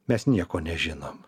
mes nieko nežinom